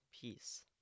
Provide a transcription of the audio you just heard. peace